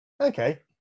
Okay